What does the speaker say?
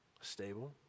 Stable